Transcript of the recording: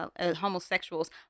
homosexuals